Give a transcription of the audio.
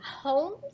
homes